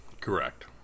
Correct